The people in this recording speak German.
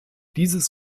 dieses